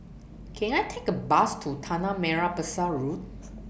Can I Take A Bus to Tanah Merah Besar Road